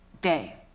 day